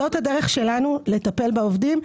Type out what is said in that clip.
זאת הדרך שלנו לטפל בעובדים.